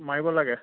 মাৰিব লাগে